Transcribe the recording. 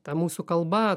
ta mūsų kalba